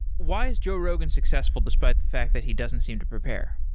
why is joe rogan successful despite the fact that he doesn't seem to prepare?